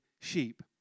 sheep